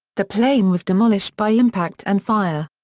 the plane was demolished by impact and fire.